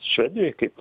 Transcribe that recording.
švedijoj kaip